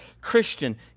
Christian